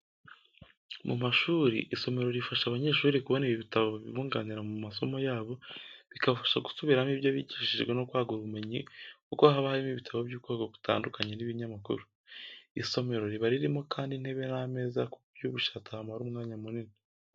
Mu mashuri, isomero rifasha abanyeshuri kubona ibitabo bibunganira mu masomo yabo, bikabafasha gusubiramo ibyo bigishijwe no kwagura ubumenyi kuko haba harimo ibitabo by'ubwoko butandukanye, n'ibinyamakuru. Isomera riba ririmo kandi intebe n'ameza kuburyo ubishatse ahamara umwanya munini.